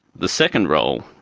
the second role,